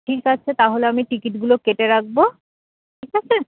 ঠিক আছে তাহলে আমি টিকিটগুলো কেটে রাখবো ঠিক আছে